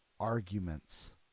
arguments